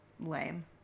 Lame